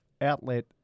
Outlet